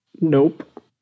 Nope